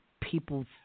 people